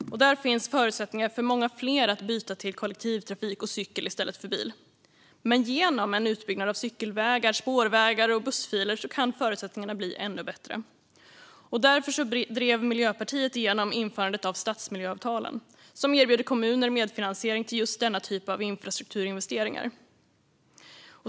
Där finns förutsättningar för många fler att byta till kollektivtrafik och cykel i stället för bil. Men genom en utbyggnad av cykelvägar, spårvägar och bussfiler kan förutsättningarna bli ännu bättre. Därför drev Miljöpartiet igenom införandet av stadsmiljöavtalen, som erbjuder kommuner medfinansiering till just denna typ av infrastrukturinvesteringar.